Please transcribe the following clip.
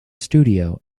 studio